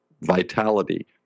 vitality